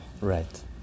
Right